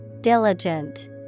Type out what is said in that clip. Diligent